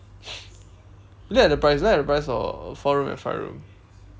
look at the price look at the price for four room and five room